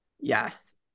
Yes